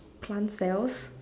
plant cells